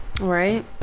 right